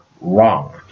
wrong